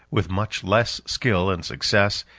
with much less skill and success,